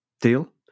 Deal